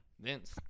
Vince